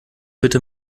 bitte